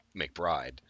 McBride